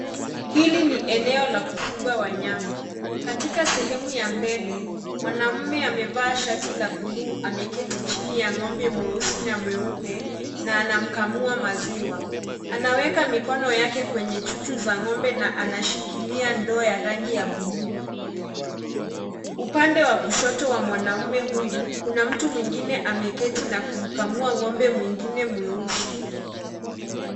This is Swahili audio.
Hili ni eneo la kufuga wanyama. Katika sehemu ya mbele mwanamume amevaa shati la buluu ameketi chini ya ng'ombe mweusi na mweupe na anamkamua maziwa. Anaweka mikono yake kwenye chuchu za ng'ombe na anashikilia ndoo ya rangi ya buluu. Upande wa kushoto wa mwanamume huyu kuna mtu mwingine ameketi na kumkamua ng'ombe mwingine mweusi.